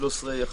בסעיף 13(ה1).